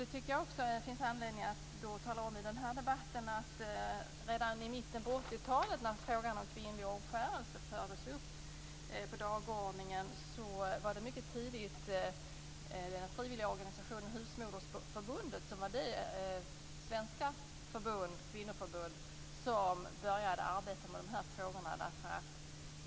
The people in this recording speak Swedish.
Jag tycker att det finns anledning att i denna debatt tala om att det redan i mitten på 80-talet, när frågan om kvinnlig omskärelse fördes upp på dagordningen, var frivilligorganisationen Husmodersförbundet som var det svenska kvinnoförbund som började arbeta med dessa frågor.